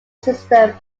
system